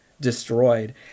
destroyed